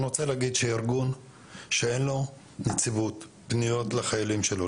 אני רוצה להגיד שארגון שאין לו נציבות פניות לחיילים שלו,